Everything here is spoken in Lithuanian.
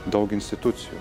daug institucijų